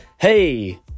Hey